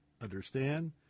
understand